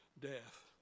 death